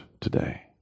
today